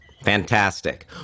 Fantastic